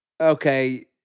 okay